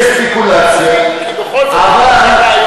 זה ספקולציה כי בכל זאת,